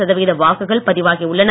சதவிகித வாக்குகள் பதிவாகி உள்ளன